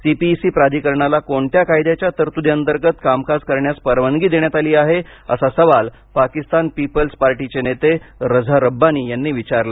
CPEC प्राधिकरणाला कोणत्या कायद्याच्या तरतुदीअंतर्गत कामकाज करण्यास परवानगी देण्यात आली आहे असा सवाल पाकिस्तान पीपल्स पार्टीचे नेते रझा रब्बानी यांनी विचारला